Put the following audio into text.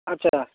ଆଚ୍ଛା